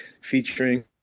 featuring